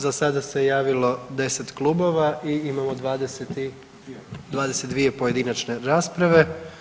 Za sada se javilo 10 Klubova i imamo 22 pojedinačne rasprave.